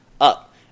up